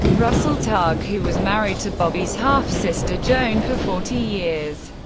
russell targ, who was married to bobby's half-sister, joan, for forty years,